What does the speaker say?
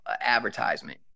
advertisement